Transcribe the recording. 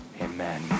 amen